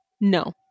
No